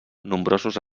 nombrosos